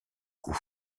coup